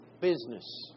business